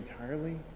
entirely